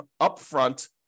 upfront